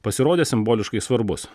pasirodė simboliškai svarbus